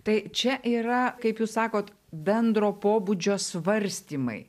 tai čia yra kaip jūs sakot bendro pobūdžio svarstymai